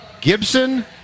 Gibson